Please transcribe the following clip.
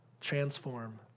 transform